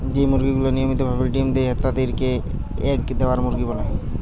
যেই মুরগি গুলা নিয়মিত ভাবে ডিম্ দেয় তাদির কে এগ দেওয়া মুরগি বলে